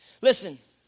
Listen